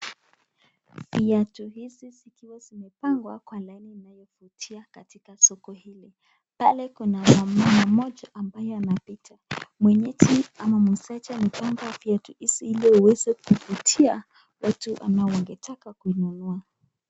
Viatu hizi zikiwa zimepangwa kwa laini inayovutia katika soko hili, pale kuna mama mmoja ambaye anapita, mwenyeji ama muuzaji amepanga viatu hizi ili aweze kuvutia watu ambao wangetaka kununua.